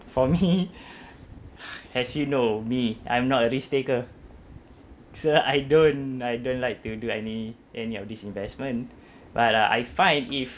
for me as you know me I'm not a risk taker so I don't I don't like to do any any of these investment but uh I find if